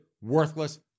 worthless